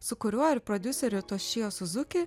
su kuriuo ir prodiuseriu tošijo suzuki